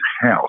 house